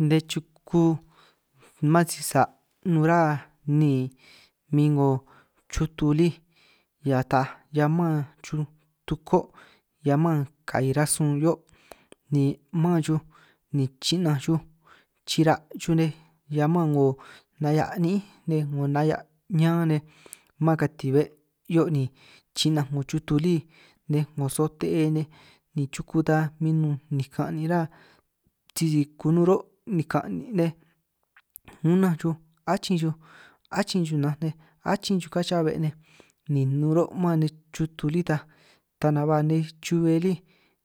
Nej chuku man si sa' nun ra niin min 'ngo chutu lí hia taaj hia man xuj tukuo', hiaj mán ka'i rasun 'hio' ni mán xuj ni chi'nanj xuj chira' xuj nej hia mán 'ngo nnanj hia' 'nín nej, 'ngo nnanj hia' ñan nej, mán katin be' 'hio' ni chi'nanj 'ngo chutu lí nej 'ngo sote'e nej, ni chuku ta min nun nikan' ruhua sisi kunun ruhuo nikan' nej unanj xuj achinj xuj achinj xuj nnanj nej achin xuj kán chihia be' nej, nun ruhuo' man nej chutu lí ta ta nanj ba nej chube lí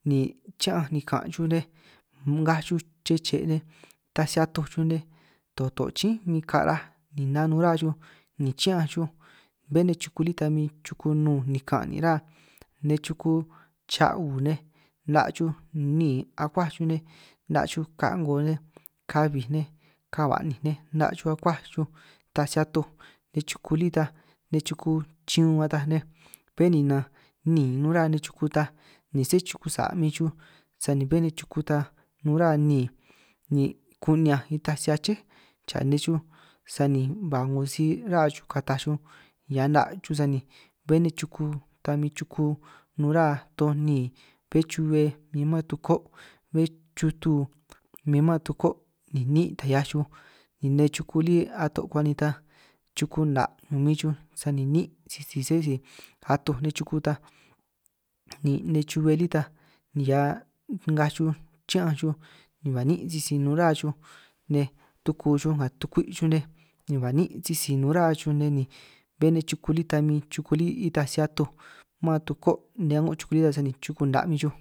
ni chi'ñanj nikan' xuj nej, nngaj chej che' nej ta si atoj xuj nej toto' chínj kara'aj ni nanun chuhua xuj ni chi'ñanj xuj bé nej chuku lí ta bé nej chuku lí ta nun nikan' nin' ra nej, chuku cha'u nej 'na' xuj nin akuaj xuj nej 'na' xuj ka' 'ngo, nej ka' bij, nej ka' ba'ninj nej, 'na' xuj akuaj xuj taj si atoj nej chuku lí ta nej chuku chiun ataj nej, bé ninanj níin nun ruhua nej chuku ta ni sé chuku sa' min xuj sani bé nej chuku ta nun ruhua níin, ni kuni'ñanj ni nitaj si aché xa' nej xuj sani ba 'ngo si 'ngo ruhua xuj kataj xuj hiaj 'na' xuj sani bé nej chuku ta min chuku nun rá toj níin, bé chube ni man tuko' bé chutu min mán tuko' ni níin' ta 'hiaj xuj ni nej chuku lí ato' kuan' ni chuku 'na' min xuj sani níin' sisi sé si atoj nej chuku ta, ni nej chube lí ta ni hia ngaj xuj chi'ñanj xuj ni ba' níin sisi nun ruhua xuj nej tuku xuj nga tukwi' xuj nej ni ba' níin', sisi nun ruhua xuj nej ni bé nej chuku lí ta min chuku lí itaj si atoj mán tukuo' nej a'ngo chuku lí ta sani chuku 'na' min xuj.